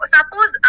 Suppose